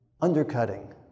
undercutting